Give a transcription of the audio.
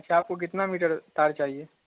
اچھا آپ کو کتنا میٹر تار چاہیے